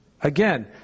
Again